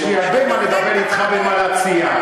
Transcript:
יש לי הרבה מה לדבר אתך ומה להציע.